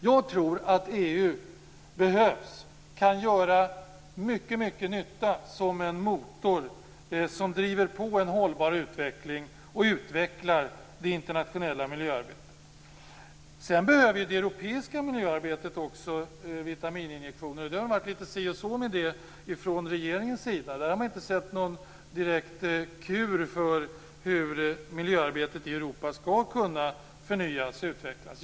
Jag tror att EU behövs och kan göra mycket nytta som en motor som driver på en hållbar utveckling och utvecklar det internationella miljöarbetet. Sedan behöver ju det europeiska miljöarbetet också vitamininjektioner. Det har nog varit lite si och så med det från regeringens sida. Vi har inte sett någon kur för hur miljöarbetet i Europa skall kunna förnyas och utvecklas.